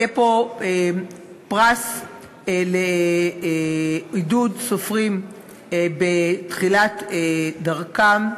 יהיה פה פרס לעידוד סופרים בתחילת דרכם,